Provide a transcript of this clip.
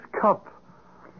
cup